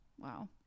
wow